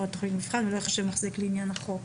תכנית המבחן והוא לא ייחשב מחזיק לעניין החוק."